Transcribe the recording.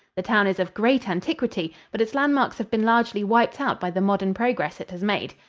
the town is of great antiquity, but its landmarks have been largely wiped out by the modern progress it has made.